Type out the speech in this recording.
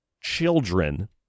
children